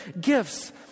gifts